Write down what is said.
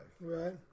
Right